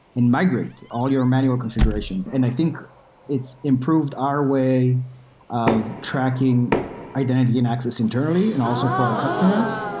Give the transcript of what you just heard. and migrate all your manual configurations. and i think it's improved our way of tracking identity and access internally and also for our customers,